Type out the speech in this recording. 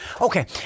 Okay